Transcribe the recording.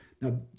Now